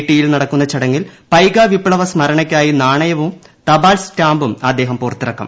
ടിയിൽ നടക്കുന്ന ചടങ്ങിൽ പയ്ക വിപ്ലവ സ്മരണയ്ക്കായി നാണയവും തപാൽ സ്റ്റാമ്പും അദ്ദേഹം പുറത്തിറക്കും